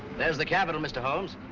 there's the capitol, mr. holmes.